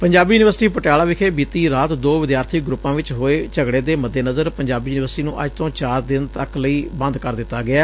Punjabi university Patiala ਵਿਖੇ ਬੀਤੀ ਰਾਤ ਦੋ ਵਿਦਿਆਰਥੀ ਗਰੁੱਪਾਂ ਵਿਚ ਹੋਏ ਝਗੜੇ ਦੇ ਮੱਦੇਨਜ਼ਰ ਪੰਜਾਬੀ ਯੂਨੀਵਰਸਿਟੀ ਨੂੰ ਅੱਜ ਤੋਂ ਚਾਰ ਦਿਨ ਲਈ ਬੰਦ ਕਰ ਦਿੱਤਾ ਗਿਐ